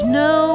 no